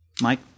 mike